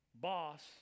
boss